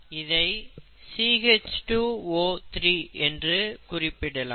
இதை 3 என்று குறிப்பிடலாம்